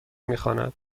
میخواند